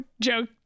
joke